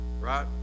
Right